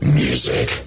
music